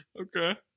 Okay